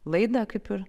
laidą kaip ir